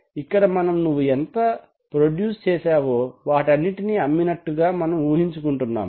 ఇక్కడ మనం నువ్వు ఎంత ప్రొడ్యూస్ చేశావో వాటన్నిటినీ అమ్మినట్లుగా మనం ఊహించుకుంటున్నాము